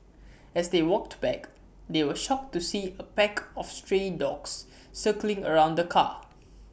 as they walked back they were shocked to see A pack of stray dogs circling around the car